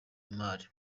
imari